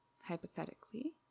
hypothetically